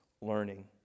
learning